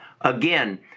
Again